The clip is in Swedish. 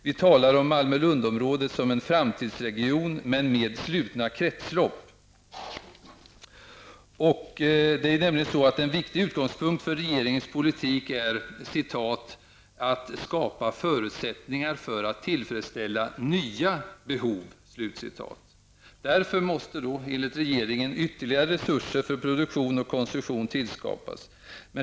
Vi talar om Malmö--Lund-området som en framtidsregion men med slutna kretslopp. En viktig utgångspunkt för regeringens politik är nämligen att ''skapa förutsättningar för att tillfredsställa nya behov''. Därför måste enligt regeringen ytterligare resurser för produktion och konsumtion tillskapas.